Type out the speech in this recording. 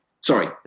sorry